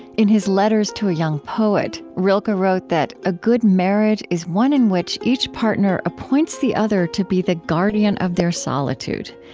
in his letters to a young poet, rilke wrote that a good marriage is one in which each partner appoints the other to be the guardian of their solitude.